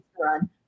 run